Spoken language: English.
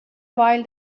while